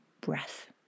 breath